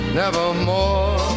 nevermore